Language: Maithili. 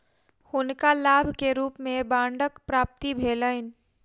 हुनका लाभ के रूप में बांडक प्राप्ति भेलैन